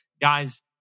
Guys